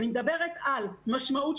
אני מדברת על משמעות,